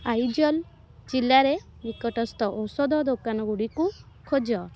ଆଇଜଲ୍ ଜିଲ୍ଲାରେ ନିକଟସ୍ଥ ଔଷଧ ଦୋକାନଗୁଡ଼ିକୁ ଖୋଜ